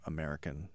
American